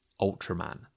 Ultraman